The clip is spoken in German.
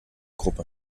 gruppe